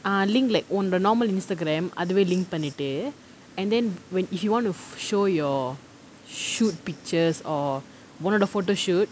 ah link like ஒன்னோட:onnoda normal Instagram அதுவே:athuvae link பண்ணிட்டு:pannittu and then whe~ if you want to show your shoot pictures or one of the photoshoots